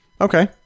Okay